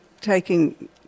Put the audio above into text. taking